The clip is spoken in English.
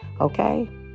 Okay